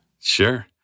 Sure